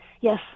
Yes